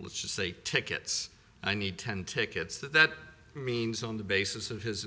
let's just say tickets i need ten tickets that means on the basis of his